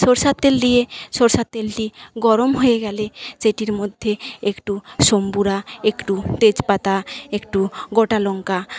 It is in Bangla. সরষার তেল দিয়ে সরষার তেলটি গরম হয়ে গেলে সেটির মধ্যে একটু সম্বরা একটু তেজপাতা একটু গোটা লংকা